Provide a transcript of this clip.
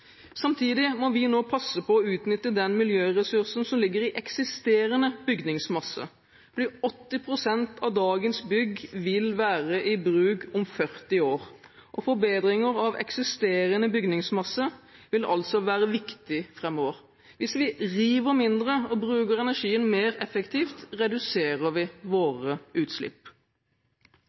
Samtidig må vi nå passe på å utnytte den miljøressursen som ligger i eksisterende bygningsmasse, for 80 pst. av dagens bygg vil være i bruk om 40 år, og forbedringer av eksisterende bygningsmasse vil altså være viktig framover. Hvis vi river mindre og bruker energien mer effektivt, reduserer vi våre utslipp.